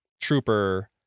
trooper